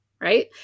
right